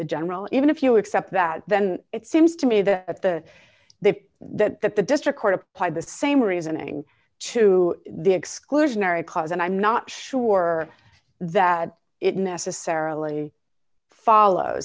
the general even if you accept that then it seems to me the that that the district court applied the same reasoning to the exclusionary cause and i'm not sure that it necessarily follow